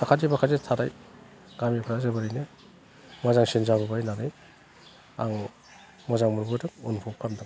साखाथि फाखाथि थानाय गामिफ्रा जोबोरैनो मोजांसिन जाबोबाय होननानै आं मोजां मोनबोदों अनुभब खालामदों